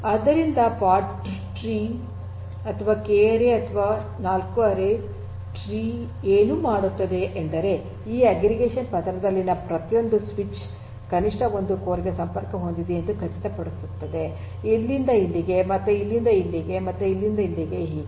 ಆದ್ದರಿಂದ ಈ pod tree ಅಥವಾ ಕೆ ಆರಿ ಅಥವಾ 4 ಆರಿ ಟ್ರೀ ಏನು ಮಾಡುತ್ತದೆ ಎಂದರೆ ಈ ಅಗ್ರಿಗೇಷನ್ ಪದರದಲ್ಲಿನ ಪ್ರತಿಯೊಂದು ಸ್ವಿಚ್ ಕನಿಷ್ಠ ಒಂದು ಕೋರ್ ಗೆ ಸಂಪರ್ಕ ಹೊಂದಿದೆಯೆ ಎಂದು ಖಚಿತಪಡಿಸುತ್ತದೆ ಇಲ್ಲಿಂದ ಇಲ್ಲಿಗೆ ಮತ್ತೆ ಇಲ್ಲಿಂದ ಇಲ್ಲಿಗೆ ಮತ್ತೆ ಇಲ್ಲಿಂದ ಇಲ್ಲಿಗೆ ಹೀಗೆ